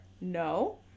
no